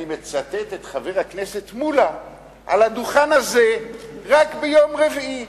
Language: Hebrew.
אני מצטט את חבר הכנסת מולה על הדוכן הזה רק ביום רביעי.